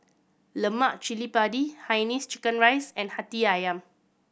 lemak cili padi hainanese chicken rice and Hati Ayam